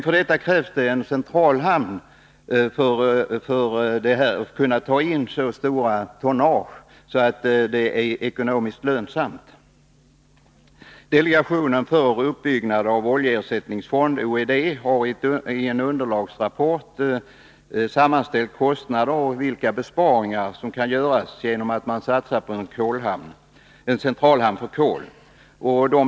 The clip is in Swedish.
För detta krävs emellertid en centralhamn för att kunna ta in så stora tonnage att det är ekonomiskt lönsamt. Delegationen för uppbyggnad av en oljeersättningsfond — OED — har i en underlagsrapport sammanställt kostnader och vilka besparingar som kan göras genom att man satsar på en centralhamn för kol.